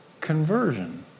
conversion